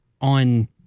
on